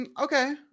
Okay